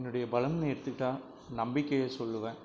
என்னுடைய பலமெனு எடுத்துக்கிட்டால் நம்பிக்கையை சொல்லுவேன்